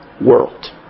world